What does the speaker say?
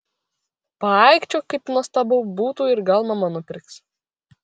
paaikčiok kaip nuostabu būtų ir gal mama nupirks